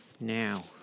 Now